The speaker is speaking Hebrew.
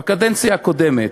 בקדנציה הקודמת,